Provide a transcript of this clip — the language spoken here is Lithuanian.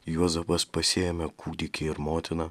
juozapas pasiėmė kūdikį ir motiną